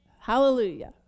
Hallelujah